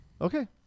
Okay